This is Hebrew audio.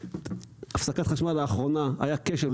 בהפסקת החשמל האחרונה היה כשל.